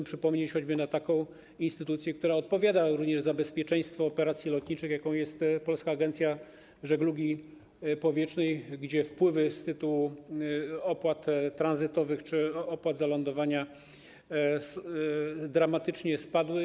Chodzi choćby o instytucję, która odpowiada również za bezpieczeństwo operacji lotniczych, jaką jest Polska Agencja Żeglugi Powietrznej, gdzie wpływy z tytułu opłat tranzytowych czy opłat za lądowania dramatycznie spadły.